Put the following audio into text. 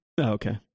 okay